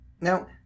Now